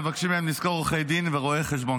מבקשים מהם לשכור עורכי דין ורואי חשבון